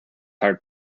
heart